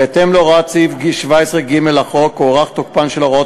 בהתאם להוראות סעיף 17ג לחוק הוארך תוקפן של הוראות